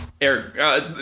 Eric